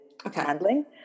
handling